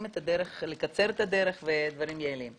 את הדרך לקצר את הדרך ולייעל את הדברים.